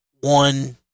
one